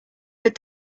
but